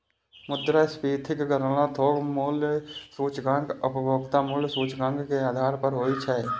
मुद्रास्फीतिक गणना थोक मूल्य सूचकांक आ उपभोक्ता मूल्य सूचकांक के आधार पर होइ छै